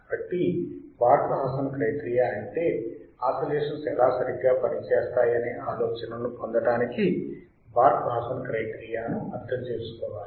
కాబట్టి Barkhausen criteria అంటే oscillations ఎలా సరిగ్గా పని చేస్తాయనే ఆలోచనను పొందడానికి బార్క్ హాసన్ క్రైటీరియా ను అర్థం చేసుకోవాలి